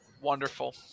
Wonderful